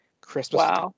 Christmas